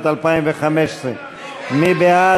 לשנת התקציב 2015,